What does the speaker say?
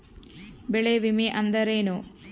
ಬೆಳೆ ವಿಮೆ ಅಂದರೇನು?